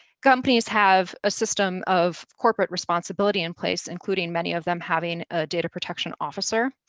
companies have a system of corporate responsibility in place including many of them having a data protection officer,